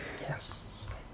Yes